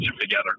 together